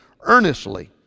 earnestly